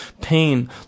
pain